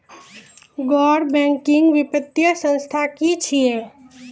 गैर बैंकिंग वित्तीय संस्था की छियै?